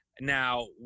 Now